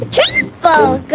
Triple